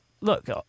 look